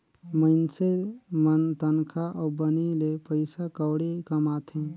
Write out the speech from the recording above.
मइनसे मन तनखा अउ बनी ले पइसा कउड़ी कमाथें